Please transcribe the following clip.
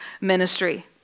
ministry